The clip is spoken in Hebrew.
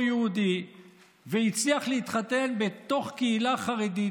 יהודי והצליח להתחתן בתוך קהילה חרדית,